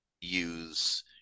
use